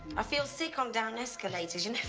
i feel sick on down escalators. you're